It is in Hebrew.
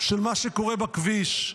של מה שקורה בכביש,